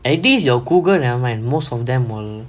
at least your Google never mind most of them will